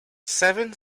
seven